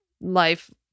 life